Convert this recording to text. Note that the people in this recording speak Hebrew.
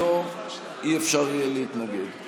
אם לא, לא יהיה אפשר להתנגד.